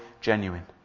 genuine